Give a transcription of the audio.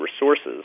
resources